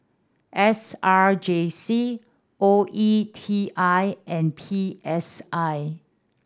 S R J C O E T I and P S I